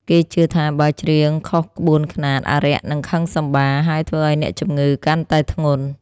គេជឿថាបើច្រៀងខុសក្បួនខ្នាត អារក្សនឹងខឹងសម្បារ ហើយធ្វើឱ្យអ្នកជំងឺកាន់តែធ្ងន់។